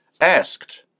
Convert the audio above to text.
asked